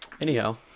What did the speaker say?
anyhow